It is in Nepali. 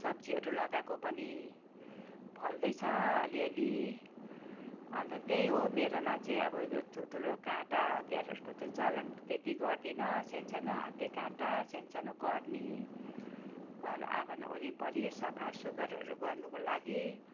सब्जीहरू लगाएको पनि फल्दैछ अलिअलि अन्त त्यही हो मेरोमा चाहिँ अब ठुल्ठुलो काँटा हतियारहरूको चाहिँ चलन त्यति गर्दिनँ सानसानो हाते काँटा सानसानो कर्नी घर आँगन वरिपरि सफा सुग्घरहरू गर्नुको लागि